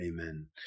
Amen